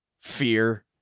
fear